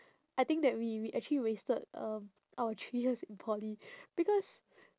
I think that we we actually wasted um our three years in poly because